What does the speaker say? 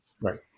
Right